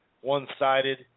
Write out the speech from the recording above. one-sided